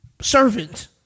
servant